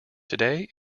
today